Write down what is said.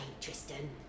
Tristan